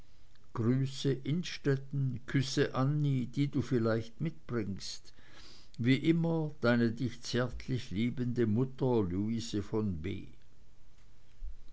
grüße innstetten küsse annie die du vielleicht mitbringst wie immer deine dich zärtlich liebende mutter luise von b